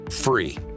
free